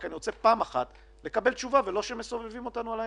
רק אני רוצה פעם אחת לקבל תשובה ולא שמסובבים אותנו על האצבע.